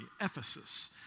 Ephesus